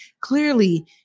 clearly